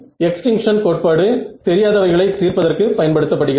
extinction கோட்பாடு தெரியாதவைகளை தீர்ப்பதற்கு பயன்படுத்த படுகிறது